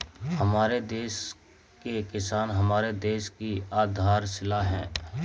हमारे देश के किसान हमारे देश की आधारशिला है